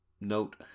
note